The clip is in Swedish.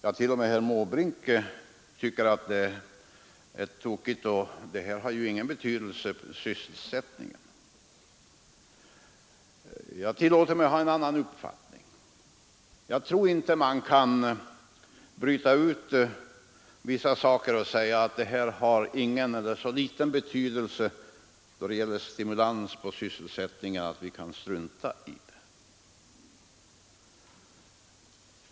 Ja, t.o.m. herr Måbrink tycker att förslaget är tokigt och att det inte har någon betydelse för sysselsättningen. Jag tillåter mig ha en annan uppfattning. Jag tror inte att man kan bryta ut vissa saker och säga att de har ingen eller så liten betydelse då det gäller stimulans av sysselsättningen att vi kan strunta i dem.